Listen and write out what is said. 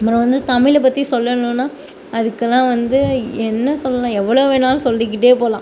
அப்புறம் வந்து தமிழை பற்றி சொல்லெணுன்னா அதுக்குலான் வந்து என்ன சொல்லணும் எவ்வளோ வேணாலும் சொல்லிகிட்டே போகலாம்